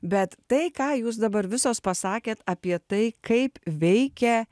bet tai ką jūs dabar visos pasakėt apie tai kaip veikia